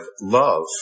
love